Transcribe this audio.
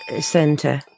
center